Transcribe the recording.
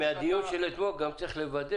מהדיון שקיימנו אתמול עולה שצריך לוודא